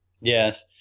Yes